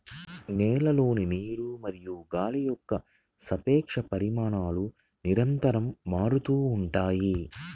నేలలోని నీరు మరియు గాలి యొక్క సాపేక్ష పరిమాణాలు నిరంతరం మారుతూ ఉంటాయి